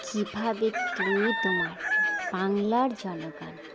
কীভাবে তুমি তোমার বাংলার জনগণ